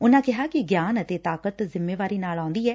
ਉਨੂਾ ਕਿਹਾ ਕਿ ਗਿਆਨ ਅਤੇ ਤਾਕਤ ਜਿੰਮੇਵਾਰੀ ਨਾਲ ਆਉਂਦੀ ਐ